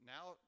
Now